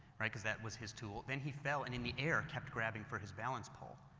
right? because that was his tool. then he fell and in the air kept grabbing for his balance pole,